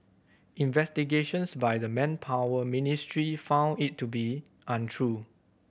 investigations by the Manpower Ministry found it to be untrue